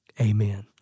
Amen